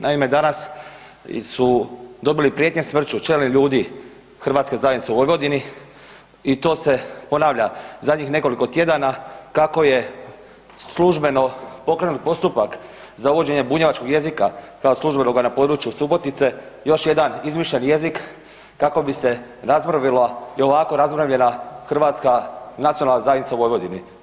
Naime, danas su dobili prijetnje smrću čelni ljudi Hrvatske zajednice u Vojvodini i to se ponavlja zadnjih nekoliko tjedana, kako je službeno pokrenut postupak za uvođenje bunjevačkog jezika, kao službenoga na području Subotice, još jedan izmišljen jezik kako bi se razmrvilo i ovako razmrvljena Hrvatska nacionalna zajednica u Vojvodini.